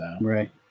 Right